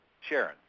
Sharon